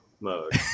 mode